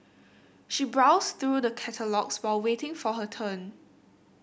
she browsed through the catalogues while waiting for her turn